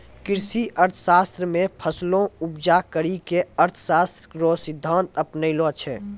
कृषि अर्थशास्त्र मे फसलो उपजा करी के अर्थशास्त्र रो सिद्धान्त अपनैलो छै